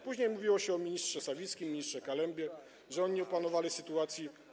Później mówiło się o ministrze Sawickim, ministrze Kalembie, że oni nie opanowali sytuacji.